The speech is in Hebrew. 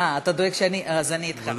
אה, אתה דואג שאני, אז אני אתך.